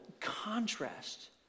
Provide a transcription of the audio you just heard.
contrast